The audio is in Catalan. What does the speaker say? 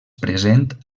present